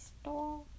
store